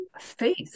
faith